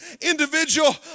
individual